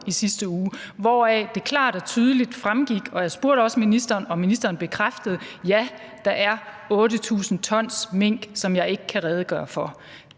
i sidste uge, hvoraf det klart og tydeligt fremgik – jeg spurgte også ministeren om det, og ministeren bekræftede det – at ja, der er 8.000 t mink, som han ikke kan redegøre for.